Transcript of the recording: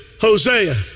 Hosea